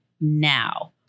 now